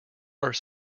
are